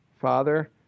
Father